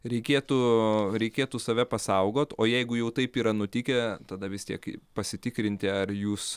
reikėtų reikėtų save pasaugot o jeigu jau taip yra nutikę tada vis tiek pasitikrinti ar jūs